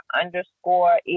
underscore